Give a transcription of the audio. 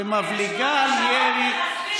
שמבליגה על ירי,